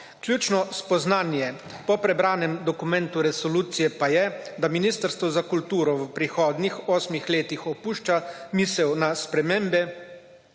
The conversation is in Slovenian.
Ključno spoznanje po prebranem dokumentu resolucije pa je, da Ministrstvo za kulturo v prihodnjih osmih letih opušča misel na spremembe